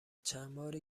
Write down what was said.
چندباری